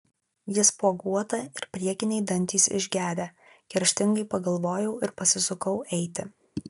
ji spuoguota ir priekiniai dantys išgedę kerštingai pagalvojau ir pasisukau eiti